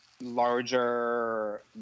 larger